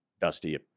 Dusty